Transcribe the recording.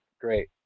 great